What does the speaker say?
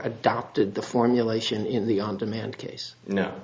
adopted the formulation in the on demand case no